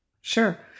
Sure